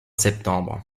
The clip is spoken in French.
septembre